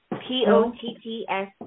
P-O-T-T-S